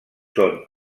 són